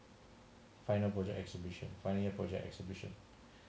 final project exhibition final year project exhibition